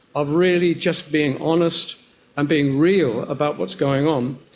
of really just being honest and being real about what's going on.